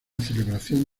celebración